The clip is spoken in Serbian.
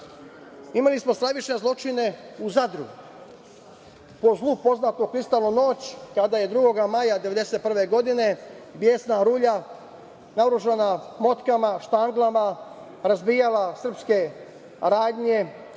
smo stravične zločine u Zadru. Po zlu poznatu „Kristalnu noć“, kada je 2. maja 1991. godine besna rulja naoružana motkama, štanglama, razbijala srpske radnje,